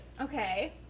Okay